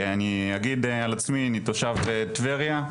אני אגיד על עצמי, אני תושב טבריה,